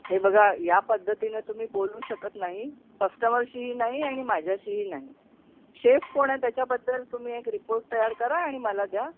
हे बघा या पद्धतीनं तुम्ही बोलू शकत नाही कस्टमरशीही नाही आणि माझ्याशीही नाही शेफ कोण आहे त्याच्याबद्दल तुम्ही एक रिपोर्ट तयार करा आणि मला द्या